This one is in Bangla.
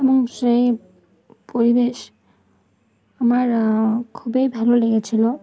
এবং সেই পরিবেশ আমার খুবই ভালো লেগেছিলো